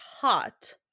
hot